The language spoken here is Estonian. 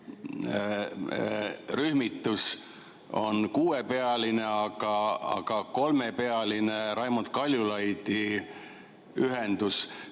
rühmitus on kuuepealine. Aga kas kolmepealine Raimond Kaljulaidi ühendus